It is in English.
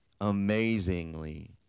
Amazingly